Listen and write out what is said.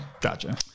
gotcha